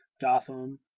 Gotham